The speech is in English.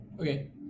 Okay